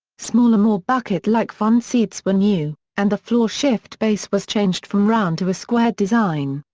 smaller more bucket-like front seats were new, and the floor shift base was changed from round to a squared design.